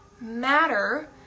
matter